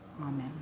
Amen